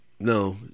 no